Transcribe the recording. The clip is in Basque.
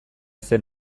zen